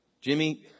Jimmy